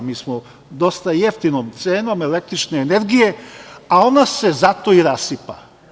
Dosta smo sa jeftinom cenom električne energije, a ona se zato i rasipa.